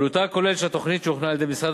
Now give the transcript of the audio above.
עלותה הכוללת של התוכנית שהוכנה על-ידי משרד